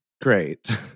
great